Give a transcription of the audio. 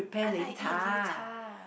I like eat 擂茶